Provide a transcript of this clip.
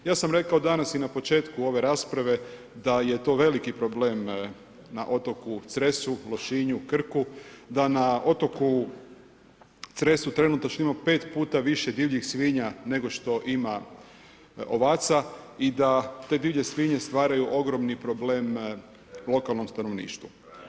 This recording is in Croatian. Ja sam rekao danas i na početku ove rasprave da je to veliki problem na otoku Cresu, Lošinju, Krku, da na otoku Cresu trenutačno ima 5 puta više divljih svinja nego što ima ovaca i da te divlje svinje stvaraju ogromni problem lokalnom stanovništvu.